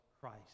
Christ